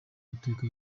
mateka